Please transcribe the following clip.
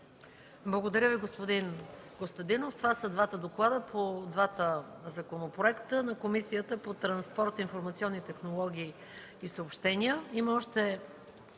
Благодаря Ви, господин Костадинов. Това са двата доклада по двата законопроекта на Комисията по транспорт, информационни технологии и съобщения.